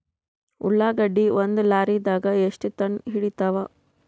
ಉಳ್ಳಾಗಡ್ಡಿ ಒಂದ ಲಾರಿದಾಗ ಎಷ್ಟ ಟನ್ ಹಿಡಿತ್ತಾವ?